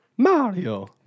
Mario